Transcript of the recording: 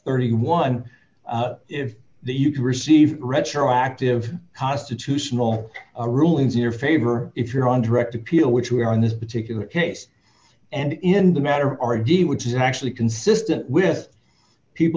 thirty one if you can receive retroactive constitutional rulings in your favor if you're on direct appeal which we are in this particular case and in the matter our deal which is actually consistent with people